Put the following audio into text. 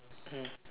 mm